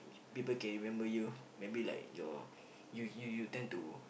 people can remember you maybe like your you you you tend to